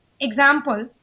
example